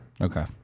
Okay